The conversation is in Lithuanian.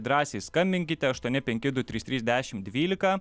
drąsiai skambinkite aštuoni penki du trys trys dešim dvylika